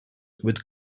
with